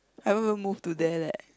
I haven't even move to there leh